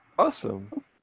awesome